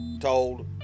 told